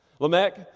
Lamech